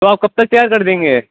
تو آپ کب تک کیا کر دیں گے